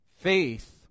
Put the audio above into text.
faith